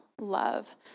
love